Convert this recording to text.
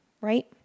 right